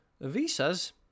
visas